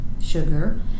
sugar